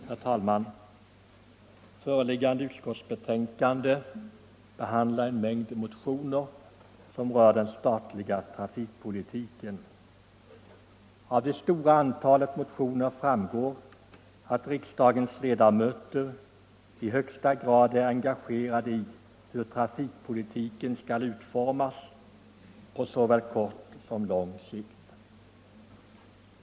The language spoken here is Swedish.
Herr talman! Föreliggande utskottsbetänkande behandlar en mängd motioner som rör den statliga trafikpolitiken. Av det stora antalet motioner framgår att riksdagens ledamöter i högsta grad är engagerade i hur trafikpolitiken skall utformas på såväl kort som lång sikt.